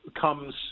comes –